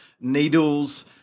needles